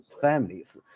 families